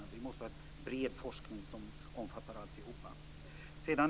Vi måste ha en bred forskning som omfattar alltihop.